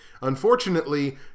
Unfortunately